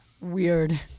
weird